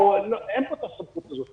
אין לו את הסמכות הזאת.